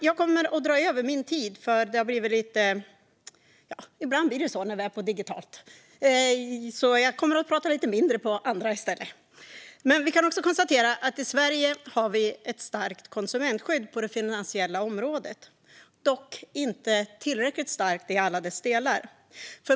Jag kommer att dra över min talartid. Ibland blir det så när vi är digitala. Jag kommer att prata lite mindre i andra debatter i stället. I Sverige har vi ett starkt konsumentskydd på det finansiella området, dock inte tillräckligt starkt i alla delar.